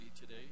today